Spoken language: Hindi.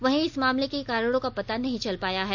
वहीं इस मामले में कारणों का पता नहीं चल पाया है